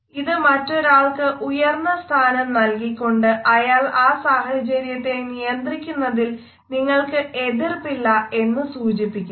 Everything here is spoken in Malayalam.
ഇത് മറ്റൊരാൾക്കു ഉയർന്ന സ്ഥാനം നൽകി കൊണ്ട് അയാൾ ആ സാഹചര്യത്തെ നിയന്ത്രിക്കുന്നതിൽ നിങ്ങൾക്ക് എതിർപ്പില്ല എന്ന് സൂചിപ്പിക്കുന്നു